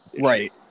right